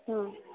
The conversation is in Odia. ହଁ